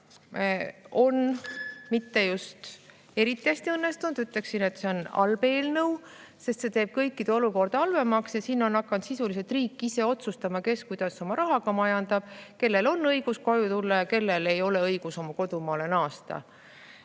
ei ole just eriti hästi õnnestunud, ütleksin, et see on halb eelnõu, sest see teeb kõikide olukorda halvemaks. Ja siin on hakanud sisuliselt riik ise otsustama, kes kuidas oma rahaga majandab, kellel on õigus koju tulla ja kellel ei ole õigus oma kodumaale naasta.